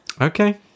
Okay